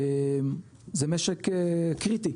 זה משק קריטי,